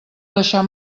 deixar